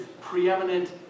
preeminent